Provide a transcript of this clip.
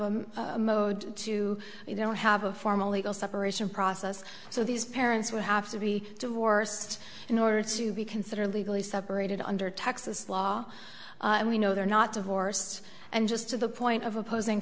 have a mode to we don't have a formal legal separation process so these parents would have to be divorced in order to be considered legally separated under texas law and we know they're not divorced and just to the point of opposing